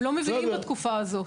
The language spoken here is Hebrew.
הם לא מביאים בתקופה הזאת.